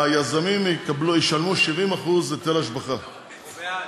היזמים ישלמו 70% היטל השבחה, אנחנו בעד.